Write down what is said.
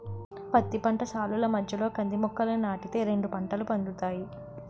పత్తి పంట సాలుల మధ్యలో కంది మొక్కలని నాటి తే రెండు పంటలు పండుతాయి